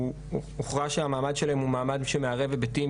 הוכרע שהמעמד שלהם הוא מעמד שמערב היבטים